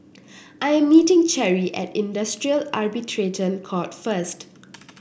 I am meeting Cherry at Industrial Arbitration Court first